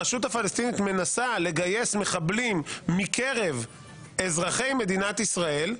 הרשות הפלסטינית מנסה לגייס מחבלים מקרב אזרחי מדינת ישראל,